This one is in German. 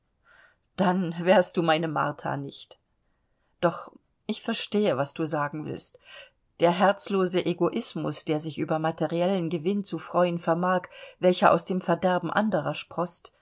dann wärst du meine martha nicht doch ich verstehe was du sagen willst der herzlose egoismus der sich über materiellen gewinn zu freuen vermag welcher aus dem verderben anderer sproßt